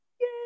Yay